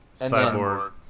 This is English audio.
cyborg